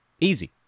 Easy